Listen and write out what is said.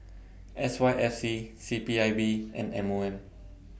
S Y F C C P I B and M O M